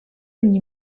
ogni